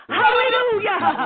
hallelujah